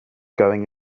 going